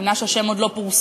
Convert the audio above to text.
אני מבינה שהשם עוד לא פורסם,